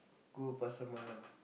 go Pasar alam